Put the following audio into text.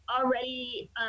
already